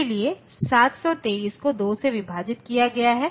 इसलिए 723 को 2 से विभाजित किया गया है